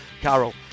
Carol